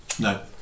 No